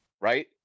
right